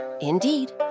Indeed